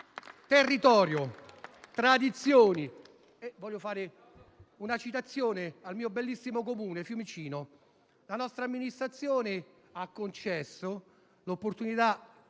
territorio e tradizioni. Voglio citare il mio bellissimo Comune, Fiumicino: la nostra amministrazione ha concesso l'opportunità